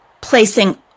placing